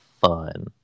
fun